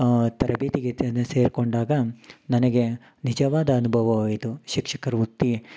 ತರಬೇತಿಗೆ ಅಂತಾನೆ ಸೇರ್ಕೊಂಡಾಗ ನನಗೆ ನಿಜವಾದ ಅನುಭವವಾಯಿತು ಶಿಕ್ಷಕರು ಒತ್ತಿಗೆ